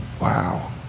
Wow